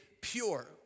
pure